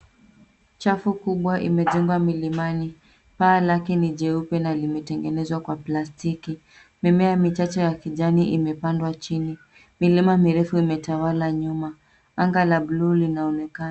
Shamba kubwa imejengwa milimani. Paa lake ni jeupe na limetengenezwa kwa plastiki. Mimea michache ya kijani imepandwa chini. Milima mirefu imetawala nyuma, anga la bluu linaonekana.